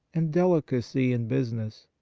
and delicacy in business.